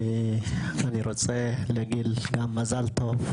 אני רוצה להגיד גם מזל טוב,